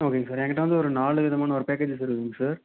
ஓகேங்க சார் எங்கிட்ட வந்து ஒரு நாலு விதமான ஒரு பேக்கேஜஸ் இருக்குதுங்க சார்